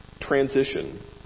transition